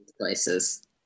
places